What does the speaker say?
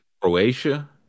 Croatia